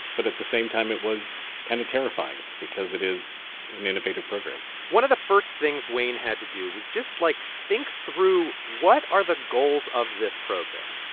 but at the same time, it was kind of terrifying because it is an innovative program one of the first things wayne had to do was just, like, think through what are the goals of this program?